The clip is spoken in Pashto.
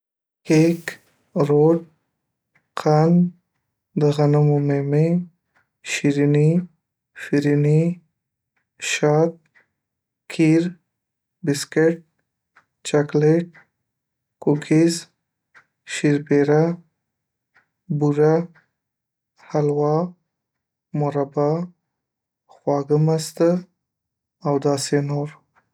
کیک، روټ، قند، د غنمو میمي، شیرني، فریني، شات، کیر، بسکټ، چاکلیټ، کوکیز، شیر پیره، بوره، حلوا، مربعا، خواږه ماسته او داسی نور